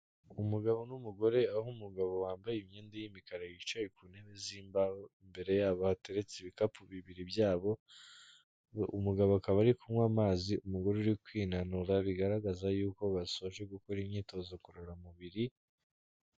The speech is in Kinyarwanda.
Umugabo n'umugore, aho umugabo wambaye imyenda y'imikara yicaye ku ntebe z'imbaho, imbere yabo hateretse ibikapu bibiri byabo, umugabo akaba ari kunywa amazi, umugore ari kwinanura, bigaragaza yuko basoje gukora imyitozo ngororamubiri.